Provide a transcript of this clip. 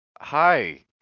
Hi